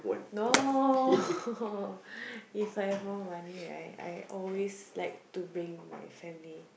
no If I have more money right I always like to bring my family